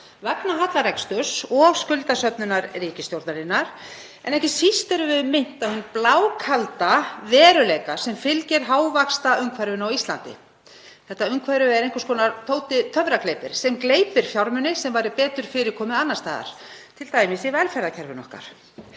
vegna hallareksturs og skuldasöfnunar ríkisstjórnarinnar en ekki síst erum við minnt á hinn blákalda veruleika sem fylgir hávaxtaumhverfinu á Íslandi. Þetta umhverfi er einhvers konar Tóti töfragleypir sem gleypir fjármuni sem væri betur fyrir komið annars staðar, t.d. í velferðarkerfinu okkar.